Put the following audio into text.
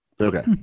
okay